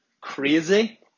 crazy